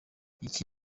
iki